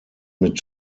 mit